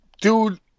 Dude